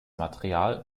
material